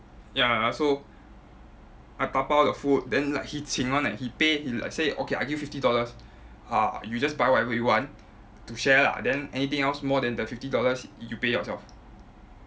ya so I dabao the food then like he 请 [one] eh he pay he like say okay I give you fifty dollars uh you just buy whatever you want to share lah then anything else more than the fifty dollars you pay yourself